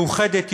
מאוחדת יותר,